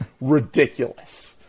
ridiculous